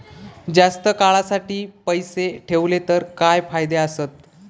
जास्त काळासाठी पैसे ठेवले तर काय फायदे आसत?